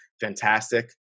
fantastic